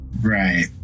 Right